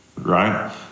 Right